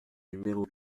numéro